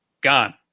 gone